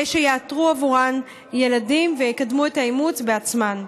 שיאתרו עבורם ילדים ויקדמו את האימוץ בעצמן.